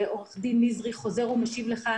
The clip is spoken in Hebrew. ועורך דין נזרי חוזר ומשיב לך,